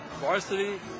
Varsity